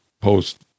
post